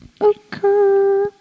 Okay